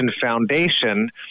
Foundation